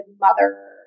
mother